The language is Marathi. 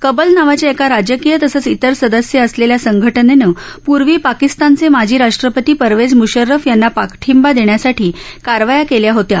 कबल नावाच्या एका राजकीय तसंच इतर सदस्य असलेल्या संघटनेनं पूर्वी पाकिस्तानचे माजी राष्ट्रपती परवेज मुश्रर्रफ यांना पाठिंबा देण्यासाठी कारवाया केल्या होत्या